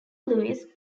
louis